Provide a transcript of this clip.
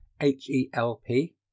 H-E-L-P